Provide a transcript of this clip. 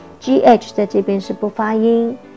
G-h在这边是不发音